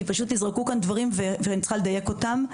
פשוט נזרקו כאן דברים ואני צריכה לדייק אותם.